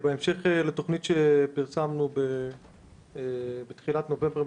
בהמשך לתוכנית שפרסמנו בתחילת נובמבר,